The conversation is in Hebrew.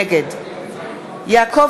נגד יעקב